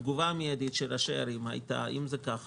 התגובה המידית של ראשי הערים הייתה: אם זה כך